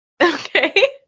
Okay